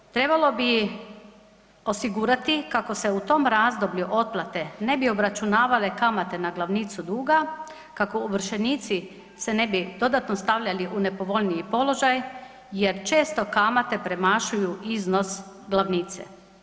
Isto tako trebalo bi osigurati kako se u tom razdoblju otplate ne bi obračunavale kamate na glavnicu duga kako ovršenici se ne bi dodatno stavljali u nepovoljniji položaj, jer često kamate premašuju iznos glavnice.